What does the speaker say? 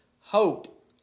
hope